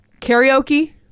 karaoke